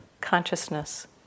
consciousness